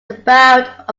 about